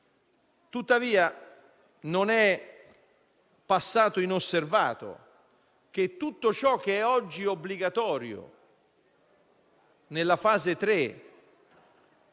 Tuttavia, non è passato inosservato che, rispetto a tutto ciò che oggi è obbligatorio nella fase 3